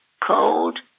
cold